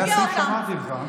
זה הסעיף שאמרתי לך.